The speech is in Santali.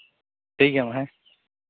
ᱴᱷᱤᱠ ᱜᱮᱭᱟ ᱢᱟ ᱦᱮᱸ